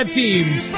teams